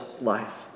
life